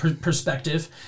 perspective